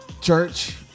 church